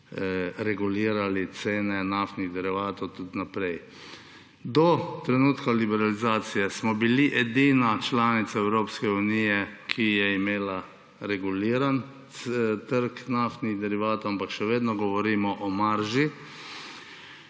regulirali cene naftnih derivatov tudi naprej. Do trenutka liberalizacije smo bili edina članica Evropske unije, ki je imela reguliran trg naftnih derivatov – še vedno govorimo o marži.